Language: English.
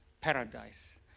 paradise